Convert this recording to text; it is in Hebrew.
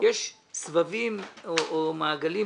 יש סבבים או מעגלים